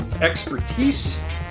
expertise